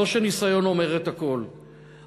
לא שניסיון אומר הכול,